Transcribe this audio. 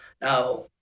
now